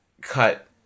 cut